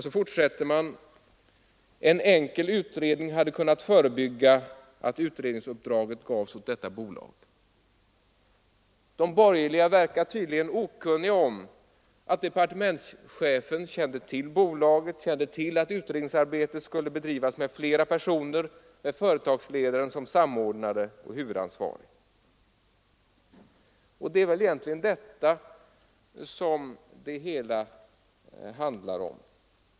Så fortsätter reservationen: ”En enkel undersökning hade kunnat förebygga att utredningsuppdraget gavs åt detta bolag.” De borgerliga verkar vara okunniga om att departementschefen kände till bolaget och visste att utredningsarbetet skulle bedrivas av flera personer och med företagsledaren som samordnare och huvudansvarig. Det är väl egentligen detta som det hela handlar om.